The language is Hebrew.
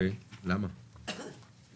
מהירות הנסיעה הממוצעת מוגדרת.